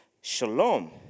shalom